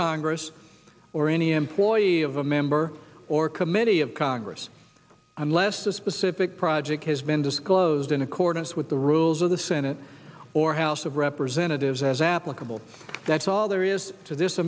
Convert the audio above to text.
congress or any employee of a member or committee of congress unless the specific project has been disclosed in accordance with the rules of the senate or house of representatives as applicable that's all there is to this